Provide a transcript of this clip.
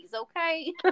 okay